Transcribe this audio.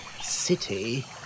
city